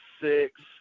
six